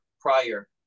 prior